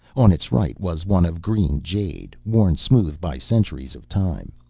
on its right was one of green jade, worn smooth by centuries of time.